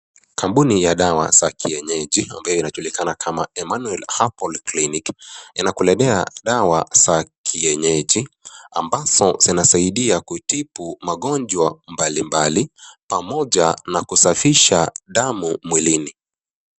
Kampuni ya dawa za kienyeji ambayo inajulikana kama(cs) Emmanuel Herbal Clinic(cs)inakuletea dawa za kienyeji ambazo zinasaidia kutibu magonjwa mbalimbali pamoja na kusafisha damu mwilini.